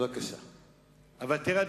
תראה,